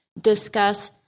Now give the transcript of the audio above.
discuss